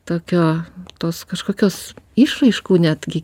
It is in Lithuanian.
tokio tos kažkokios išraiškų netgi